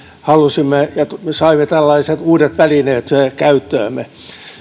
halusimme ja saimme tällaiset uudet välineet käyttöömme